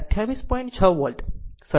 6 volt